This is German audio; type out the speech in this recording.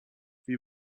wie